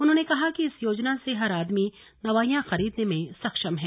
उन्होंने कहा कि इस योजना से हर आदमी दवाइयां खरीदने में सक्षम है